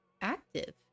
active